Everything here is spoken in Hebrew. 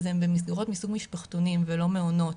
אז הם במסגרות מסוג משפחתונים ולא מעונות,